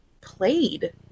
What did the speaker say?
played